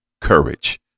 courage